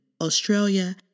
Australia